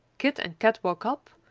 kit and kat woke up,